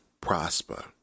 prosper